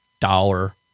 dollar